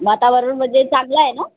वातावरणमध्ये चांगलं आहे ना